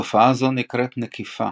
תופעה זו נקראת נקיפה,